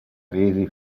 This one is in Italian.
crisi